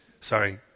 Sorry